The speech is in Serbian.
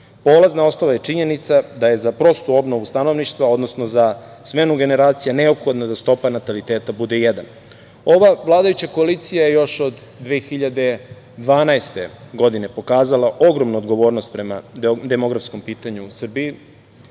Polazna osnova je činjenica da je za prostu obnovu stanovništva, odnosno za smenu generacija neophodno da stopa nataliteta bude jedan. Ova vladajuća koalicija je još od 2012. godine pokazala ogromnu odgovornost prema demografskom pitanju u Srbiji.